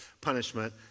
punishment